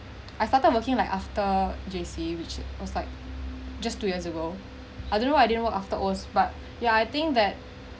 I started working like after J_C which was like just two years ago I don't know why I didn't work O's but yeah I think